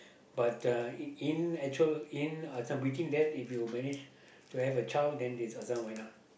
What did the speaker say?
but uh in actual in uh so between that if you manage to have a child then might as well why not